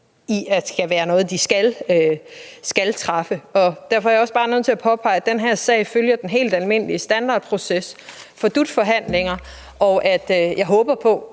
en beslutning, de skal træffe. Derfor er jeg også bare nødt til at påpege, at den her sag følger den helt almindelige standardproces for DUT-forhandlinger, og at jeg håber på,